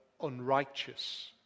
unrighteous